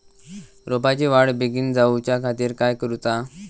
रोपाची वाढ बिगीन जाऊच्या खातीर काय करुचा?